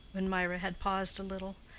when mirah had paused a little.